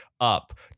Up